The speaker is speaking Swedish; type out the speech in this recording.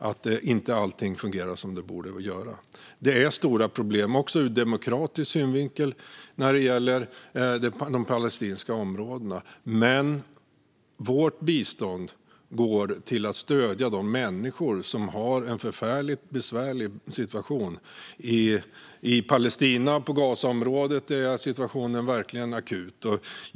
Det finns stora problem, även ur demokratisk synvinkel, vad gäller de palestinska områdena, men vårt bistånd går till att stödja de människor som har en förfärligt besvärlig situation. I Palestina och i Gazaområdet är situationen verkligen akut.